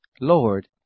Lord